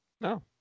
no